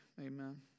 amen